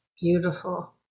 Beautiful